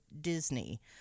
Disney